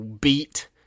Beat